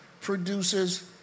produces